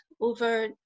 over